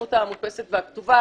העיתונות המודפסת והכתובה.